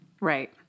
Right